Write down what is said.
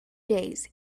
days